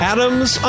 Adams